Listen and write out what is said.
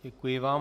Děkuji vám.